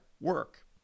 work